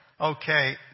Okay